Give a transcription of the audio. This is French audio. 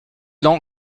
laon